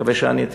מקווה שעניתי.